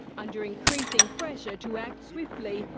under increasing pressure to act swiftly,